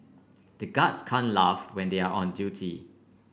the guards can't laugh when they are on duty